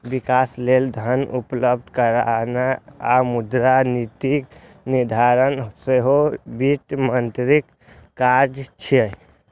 विकास लेल धन उपलब्ध कराना आ मुद्रा नीतिक निर्धारण सेहो वित्त मंत्रीक काज छियै